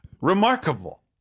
remarkable